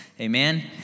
Amen